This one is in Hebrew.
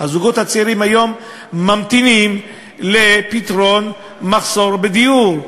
הזוגות הצעירים היום ממתינים לפתרון של המחסור בדיור.